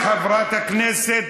תודה לחברת הכנסת